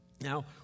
Now